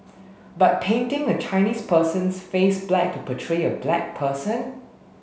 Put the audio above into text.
but painting a Chinese person's face black to portray a black person